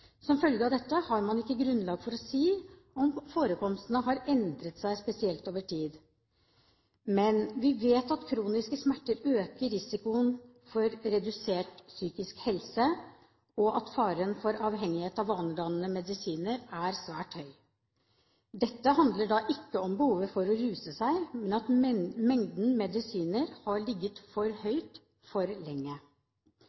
Som følge av dette har man ikke grunnlag for å si om forekomsten har endret seg spesielt over tid. Men vi vet at kroniske smerter øker risikoen for redusert psykisk helse, og at faren for avhengighet av vanedannende medisiner er svært stor. Dette handler da ikke om behovet for å ruse seg, men at mengden medisiner har ligget for